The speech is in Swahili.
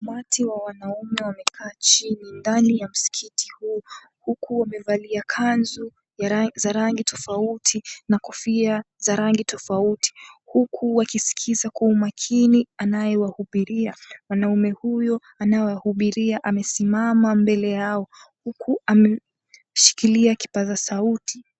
Umati wa wanaume wamekaa chini ndani ya msikiti huu, huku wamevalia kanzu za rangi tofauti na kofia za rangi tofauti. Huku wakisikiza kwa umakini anayewahubiria. Mwanaume huyu anawahubiria amesimama mbele yao huku ameshikilia kipaza sauti.